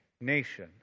nation